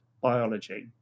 Biology